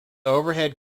overhead